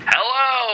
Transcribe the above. Hello